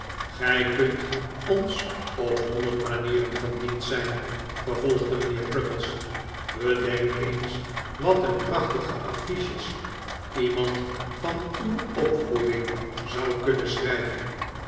gij kunt ons op honderd manieren van dienst zijn vervolgde mijnheer crummies bedenk eens wat een prachtige affiches iemand van uw opvoeding zou kunnen schrijven